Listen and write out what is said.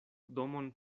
domon